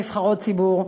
נבחרות ציבור,